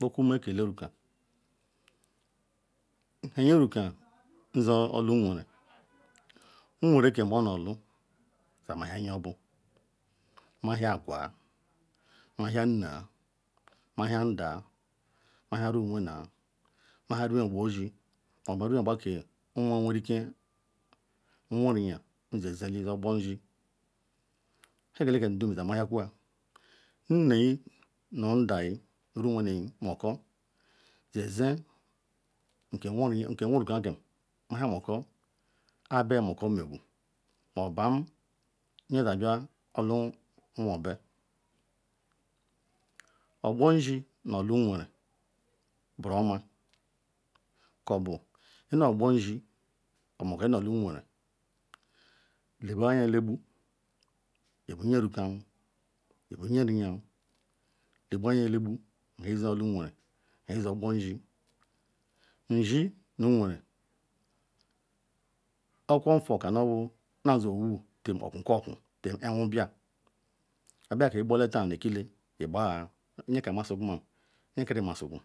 Buo keme ke ele ruka, nhe nye ruka nzor olu-nweren, nweren ke ono olu yemahia nye obu mahia agwaa mahia nneya mahia ndaya mahia rumuwene mahia rumuogba ohe obu rumuogba ke nwowerike nwo yeriyanso eji ogbonzi nhe ke eleke dum iyamahiakoya, nneyi nu ndayi nu rumuwene moko yezi nke nworuka kem mahiamako kpo beamako mequ obum nye zabia olu nwobe. Ogbo nzi nu oku nweren buruoma kobu nhe ino-ogbo nzi nyobu ino-olu nweren le gbu anya elegbu ibu nye rukaoo ibu nye riyaoo leqbu anya elegbu inazo olu nweren obu izi ogbo nzi. Nzi nu nweren okwukwo nfu kanu owo azi owo ken okwukokwu ken owu bia obu ike igbola ta mobu ekile igbala nyeka masiguma nyekari masigu